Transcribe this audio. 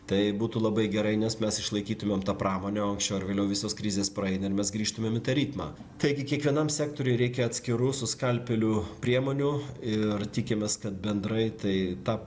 tai būtų labai gerai nes mes išlaikytumėm tą pramonę o anksčiau ar vėliau visos krizės praeina ir mes grįžtumėm į tą ritmą taigi kiekvienam sektoriui reikia atskirų su skalpeliu priemonių ir tikimės kad bendrai tai ta